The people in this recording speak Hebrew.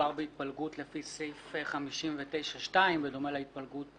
מדובר בהתפלגות לפי סעיף 59(2) בדומה להתפלגות